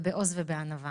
בעוז ובענווה.